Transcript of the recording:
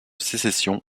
sécession